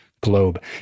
globe